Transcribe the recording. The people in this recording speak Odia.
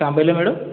କାଁ ବୋଏଲେ ମ୍ୟାଡ଼ାମ୍